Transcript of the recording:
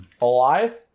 alive